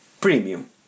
premium